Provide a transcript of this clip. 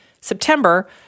September